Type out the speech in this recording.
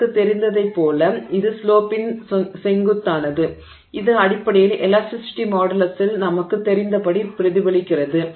எனக்குத் தெரிந்ததைப் போல இது ஸ்லோபின் செங்குத்தானது இது அடிப்படையில் எலாஸ்டிஸிட்டி மாடுலஸில் நமக்குத் தெரிந்தபடி பிரதிபலிக்கிறது